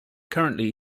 currently